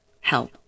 help